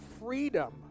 freedom